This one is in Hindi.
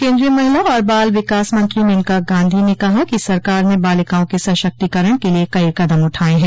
केन्द्रीय महिला और बाल विकास मंत्री मेनका गांधी ने कहा कि सरकार ने बालिकाओं के सशक्तिकरण के लिए कई कदम उठाये हैं